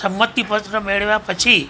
સંમતિ પત્ર મેળવ્યા પછી